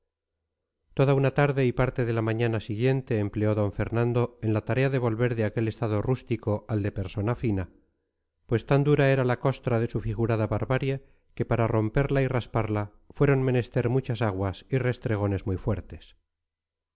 toda una tarde y parte de la mañana siguiente empleó d fernando en la tarea de volver de aquel estado rústico al de persona fina pues tan dura era la costra de su figurada barbarie que para romperla y rasparla fueron menester muchas aguas y restregones muy fuertes